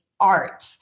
art